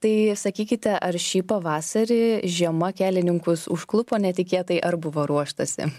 tai sakykite ar šį pavasarį žiema kelininkus užklupo netikėtai ar buvo ruoštasi